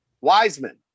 Wiseman